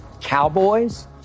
Cowboys